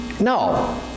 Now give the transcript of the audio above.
No